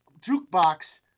jukebox